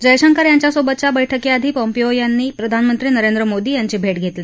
जयशंकर यांच्यासोबतच्या बळ्कीआधी पॉम्पियो यांनी प्रधानमंत्री नरेंद्र मोदी यांची भे घेतली